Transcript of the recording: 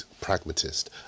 pragmatist